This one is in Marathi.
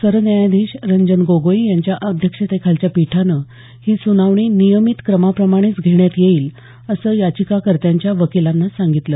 सुरन्यायाधीश रंजन गोगोई यांच्या अध्यक्षतेखालच्या पीठानं ही सुनावणी नियमित क्रमाप्रमाणेच घेण्यात येईल असं याचिकाकर्त्यांच्या वकिलांना सांगितलं